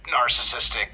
narcissistic